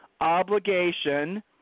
obligation